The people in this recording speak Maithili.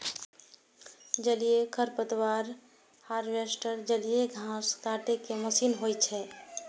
जलीय खरपतवार हार्वेस्टर जलीय घास काटै के मशीन होइ छै